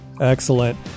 Excellent